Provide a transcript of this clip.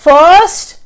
First